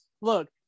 look